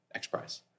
XPRIZE